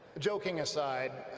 joking aside,